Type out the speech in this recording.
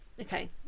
okay